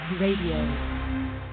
Radio